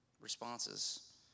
responses